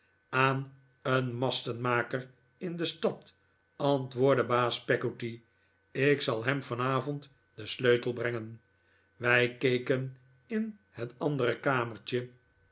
aan een mastenmaker in de stad antwoordde baas peggotty ik zal hem vanavond den sleutel brengen wij keken in het andere kamertje